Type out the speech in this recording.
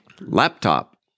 laptop